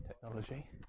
technology